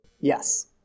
Yes